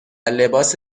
لباس